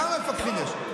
כמה מפקחים יש?